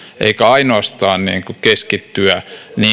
eikä ainoastaan keskittyä